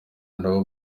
nabo